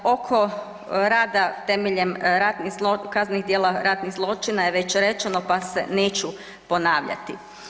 Oko rada temeljem kaznenih djela ratnih zločina je već rečeno pa se neću ponavljati.